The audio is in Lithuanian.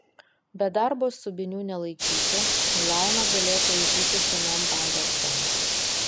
be darbo subinių nelaikytų o laima galės laižyti senom bandersom